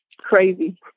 crazy